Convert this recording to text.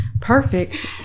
perfect